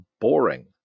boring